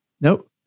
nope